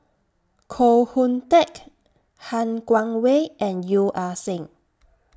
Koh Hoon Teck Han Guangwei and Yeo Ah Seng